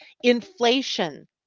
inflation